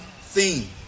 theme